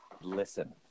Listen